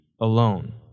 alone